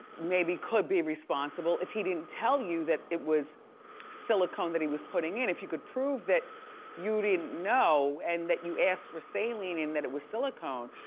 maybe could be responsible if he didn't tell you that it was silicone that he was putting in. if you could prove that you didn't know and that you asked for saline and that it was silicone.